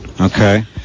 Okay